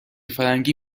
فرنگی